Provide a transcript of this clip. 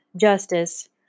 justice